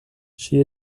she